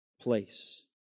place